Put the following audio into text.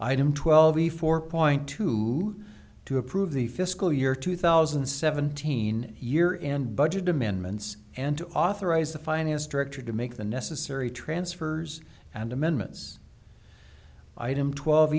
item twelve a four point two to approve the fiscal year two thousand and seventeen year end budget amendments and to authorize the finance director to make the necessary transfers and amendments item twelve